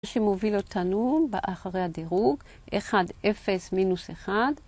שמוביל אותנו באחרי הדירוג, 1, 0, מינוס 1.